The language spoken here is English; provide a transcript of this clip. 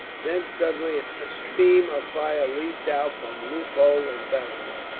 then suddenly a stream of fire leaped out from loophole and battlement.